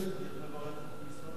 צריך לברך את משרד התיירות.